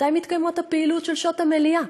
מתי מתקיימות הפעילויות של שעות המליאה?